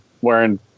wearing